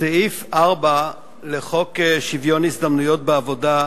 סעיף 4 לחוק שוויון ההזדמנויות בעבודה,